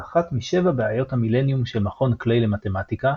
ואחת מ"שבע בעיות המילניום" של מכון קליי למתמטיקה,